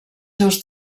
seus